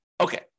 Okay